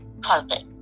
carpet